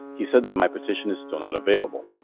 he said that my petition is still not available.